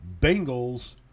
Bengals